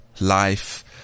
life